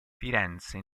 firenze